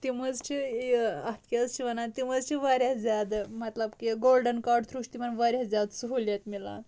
تِم حظ چھِ یہِ اَتھ کیاہ حظ چھِ وَنان تِم حظ چھِ واریاہ زیادٕ مطلب کہِ گولڈن کاڈ تھروٗ چھُ تِمن واریاہ زیادٕ سہوٗلیت مِلان